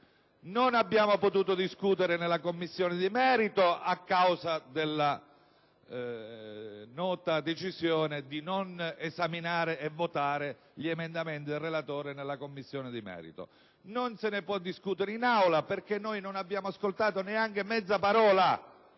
non abbiamo potuto discutere nella Commissione di merito, a causa della nota decisione di non esaminare e votare gli emendamenti del relatore in quella sede; non se ne può discutere in Aula, perché non abbiamo ascoltato neanche mezza parola